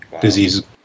diseases